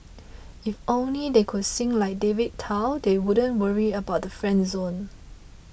if only they could sing like David Tao they wouldn't worry about the friend zone